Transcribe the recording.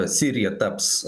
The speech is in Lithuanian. sirija taps